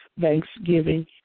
thanksgiving